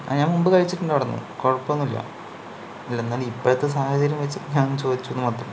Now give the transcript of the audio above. ആ ഞാൻ മുമ്പ് കഴിച്ചിട്ടുണ്ടവിടുന്നു കുഴപ്പമൊന്നുമില്ല ഇല്ലയെന്നാലും ഇപ്പോഴത്തെ സാഹചര്യം വെച്ചു ഞാൻ ചോദിച്ചുവെന്നു മാത്രം